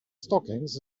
stockings